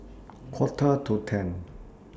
Quarter to ten